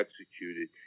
executed